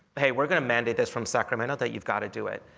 hey, we're going to mandate this from sacramento that you've got to do it.